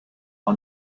are